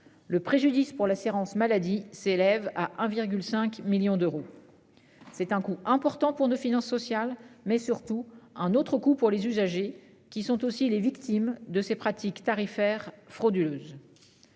Le préjudice pour l'assurance maladie s'élève à 1,5 millions d'euros. C'est un coût important pour nos finances sociales mais surtout un autre coup pour les usagers qui sont aussi les victimes de ces pratiques tarifaires frauduleuse.